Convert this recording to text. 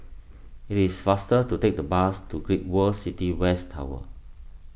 it is faster to take the bus to Great World City West Tower